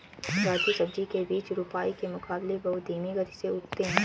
राजू सब्जी के बीज रोपाई के मुकाबले बहुत धीमी गति से उगते हैं